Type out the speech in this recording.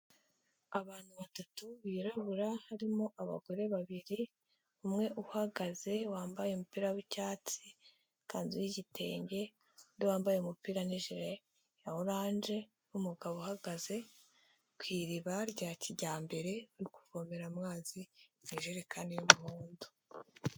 Abantu batatu birabura, harimo abagore babiri, umwe uhagaze wambaye umupira w'icyatsi ikanzu y'igitenge undi wambaye umupira n'ijire wa oranje n'umugabo uhagaze ku iriba rya kijyambere, uri kuvomera amazi mu ijerekani y'umuhondo.